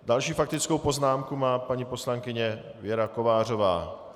Další faktickou poznámku má paní poslankyně Věra Kovářová.